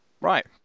Right